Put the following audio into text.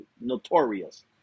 notorious